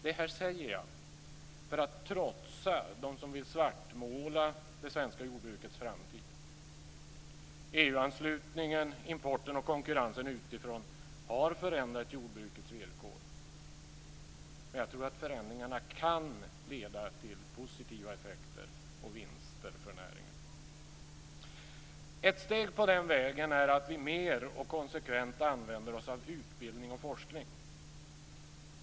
Detta säger jag för att trotsa dem som vill svartmåla det svenska jordbrukets framtid. EU-anslutningen, importen och konkurrensen utifrån har förändrat jordbrukets villkor, men jag tror att förändringarna kan leda till positiva effekter och vinster för näringen. Ett steg på den vägen är att vi mer och konsekvent använder oss av utbildning och forskning.